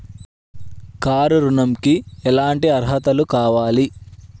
Car ఋణంకి ఎటువంటి అర్హతలు కావాలి?